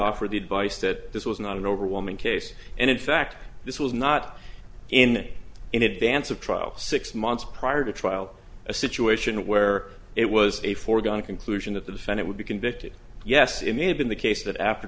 offer the advice that this was not an overwhelming case and in fact this was not in in advance of trial six months prior to trial a situation where it was a foregone conclusion that the senate would be convicted yes it may have been the case that after